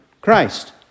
Christ